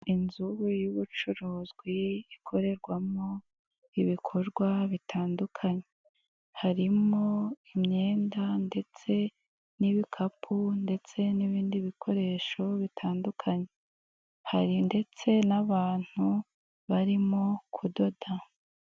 Inzu y'ubucuruzi ikorerwamo ibikorwa bitandukanye, harimo imyenda ndetse n'ibikapu ndetse n'ibindi bikoresho bitandukanye, hari ndetse n'abantu barimo kudoda.